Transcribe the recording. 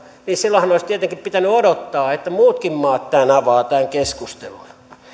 silloinhan olisi tietenkin pitänyt odottaa että muutkin maat avaavat tämän keskustelun